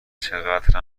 چقدر